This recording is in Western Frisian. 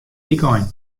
wykein